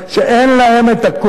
שאין להם הכוח,